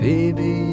Baby